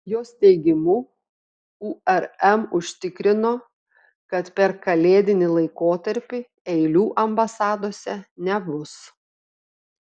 jos teigimu urm užtikrino kad per kalėdinį laikotarpį eilių ambasadose nebus